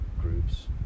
groups